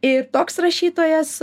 ir toks rašytojas